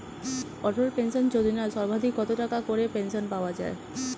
অটল pension Yojana সর্বাধিক কত টাকা করে পেনশন পাওয়া যায়?